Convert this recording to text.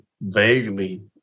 Vaguely